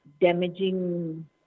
damaging